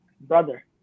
brother